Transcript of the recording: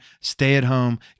stay-at-home